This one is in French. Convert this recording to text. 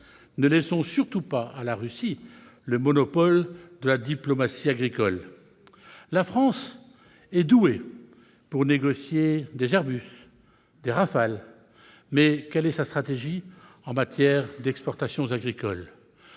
Ne laissons surtout pas à la Russie le monopole de la diplomatie agricole ! La France est douée pour négocier des Airbus, des Rafale, mais quelle est sa stratégie en matière d'exportations agricoles ?